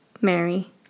Mary